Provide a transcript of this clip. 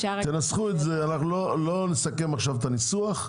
תנסחו את זה, אנחנו לא נסכם עכשיו את הניסוח.